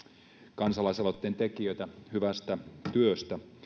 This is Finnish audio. kansalaisaloitteen tekijöitä hyvästä työstä